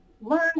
learn